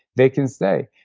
they can stay.